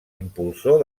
impulsor